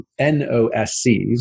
NOSCs